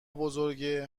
بزرگه